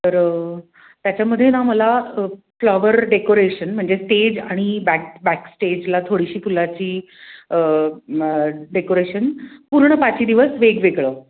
तर त्याच्यामध्ये ना मला फ्लॉवर डेकोरेशन म्हणजे स्टेज आणि बॅक बॅक स्टेजला थोडीशी फुलाची डेकोरेशन पूर्ण पाचही दिवस वेगवेगळं